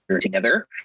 together